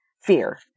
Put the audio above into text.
fear